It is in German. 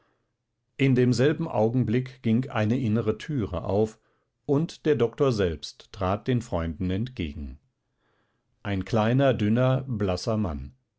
in demselben augenblick ging eine innere türe auf und der doktor selbst trat den freunden entgegen ein kleiner dünner blasser mann